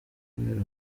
kubera